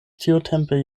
tiutempe